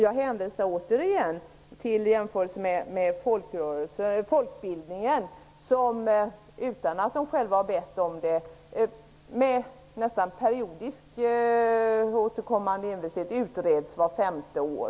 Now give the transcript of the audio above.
Jag hänvisar återigen till jämförelser med folkbildningen. Utan att företrädarna själva har bett om det utreds verksamheten med nästan periodiskt återkommande envishet vart femte år.